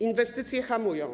Inwestycje hamują.